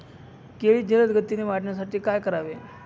केळी जलदगतीने वाढण्यासाठी काय करावे?